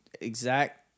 exact